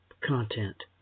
content